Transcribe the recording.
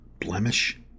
blemish